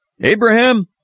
Abraham